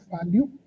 value